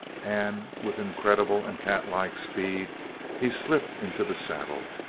and with incredible and catlike speed he slipped into the saddle.